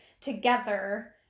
together